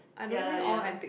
ya lah ya